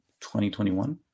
2021